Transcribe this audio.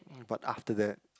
but after that